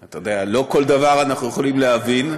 אתה יודע, לא כל דבר אנחנו יכולים להבין.